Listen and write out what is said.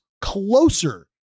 closer